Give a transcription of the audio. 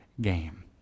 game